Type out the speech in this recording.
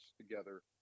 together